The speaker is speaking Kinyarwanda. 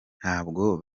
ntabwo